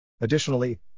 Additionally